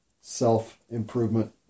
self-improvement